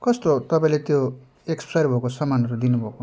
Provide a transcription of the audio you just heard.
कस्तो तपाईँले त्यो एक्सपायर भएको सामानहरू दिनु भएको